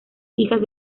hijas